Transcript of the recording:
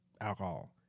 alcohol